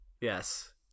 Yes